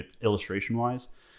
illustration-wise